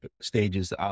stages